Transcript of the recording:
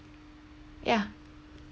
ya